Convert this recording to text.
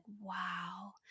wow